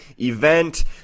event